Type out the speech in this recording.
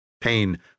Pain